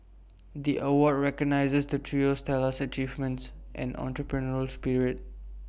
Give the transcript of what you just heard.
the award recognises the trio's stellar achievements and entrepreneurial spirit